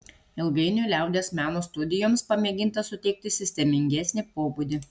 ilgainiui liaudies meno studijoms pamėginta suteikti sistemingesnį pobūdį